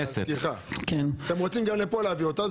גם לפה אתם רוצים להביא אותה?